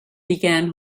began